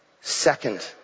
second